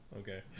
Okay